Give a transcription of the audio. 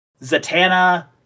zatanna